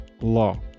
law